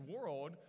world